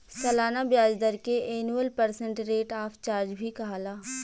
सलाना ब्याज दर के annual percent rate of charge भी कहाला